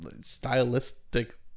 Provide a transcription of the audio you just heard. stylistic